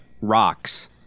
rocks